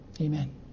Amen